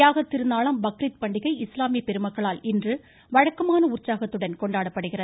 தியாகத் திருநாளாம் பக்ரீத் பண்டிகை இஸ்லாமிய பெருமக்களால் இன்று வழக்கமான உற்சாகத்துடன் கொண்டாடப்படுகிறது